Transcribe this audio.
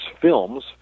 films